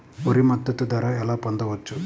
వరి మద్దతు ధర ఎలా పొందవచ్చు?